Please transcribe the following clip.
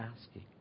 asking